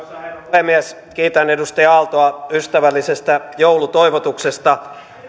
puhemies kiitän edustaja aaltoa ystävällisestä joulutoivotuksesta